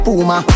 Puma